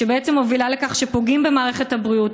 כשבעצם זה מוביל לכך שפוגעים במערכת הבריאות,